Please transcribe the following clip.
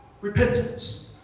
repentance